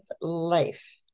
life